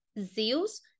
Zeus